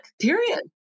period